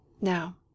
Now